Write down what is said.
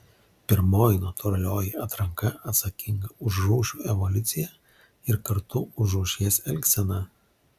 pirmoji natūralioji atranka atsakinga už rūšių evoliuciją ir kartu už rūšies elgseną